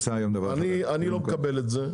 דבר ראשון, אני לא מקבל את זה.